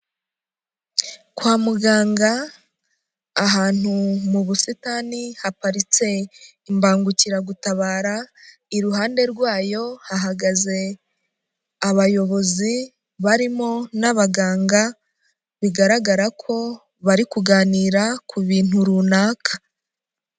Kwa muganga, ahantu mu busitani haparitse imbangukiragutabara, iruhande rwayo hahagaze abayobozi, barimo n'abaganga, bigaragara ko bari kuganira ku bintu runaka.